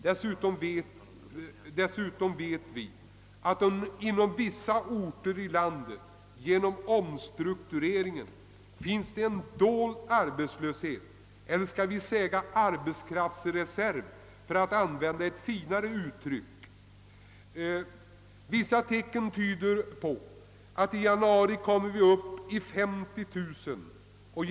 Dessutom vet vi att det på vissa orter i landet genom omstrukturering uppkommit en dold arbetslöshet eller — för att använda ett finare uttryck -— en arbetskraftsreserv. Vissa tecken tyder på att det i januari kommer att finnas 50 000 arbetslösa.